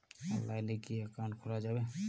অনলাইনে কি অ্যাকাউন্ট খোলা যাবে?